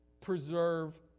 preserve